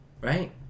Right